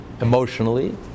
emotionally